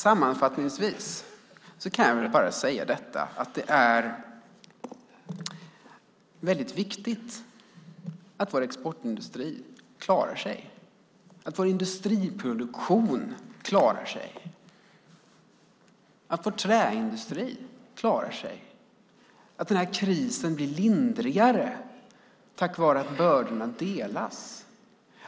Sammanfattningsvis kan jag väl bara säga att det är viktigt att vår exportindustri klarar sig, att vår industriproduktion klarar sig, att vår träindustri klarar sig, att krisen blir lindrigare tack vare att bördorna delas.